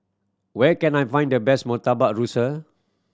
where can I find the best Murtabak Rusa